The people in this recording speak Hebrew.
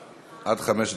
עד חמש דקות.